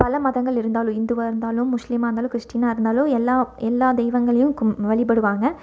பல மதங்கள் இருந்தாலும் இந்துவாக இருந்தாலும் முஸ்லீமாக இருந்தாலும் கிறிஸ்டீனாக இருந்தாலும் எல்லா எல்லா தெய்வங்களையும் கும் வழிபடுவாங்க